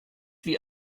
wie